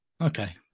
Okay